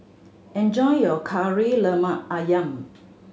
enjoy your Kari Lemak Ayam